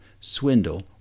swindle